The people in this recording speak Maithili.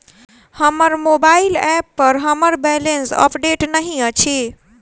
हमर मोबाइल ऐप पर हमर बैलेंस अपडेट नहि अछि